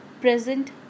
present